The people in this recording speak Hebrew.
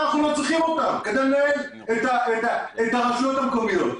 אנחנו לא צריכים אותם כדי לנהל את הרשויות המקומיות.